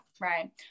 Right